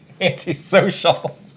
antisocial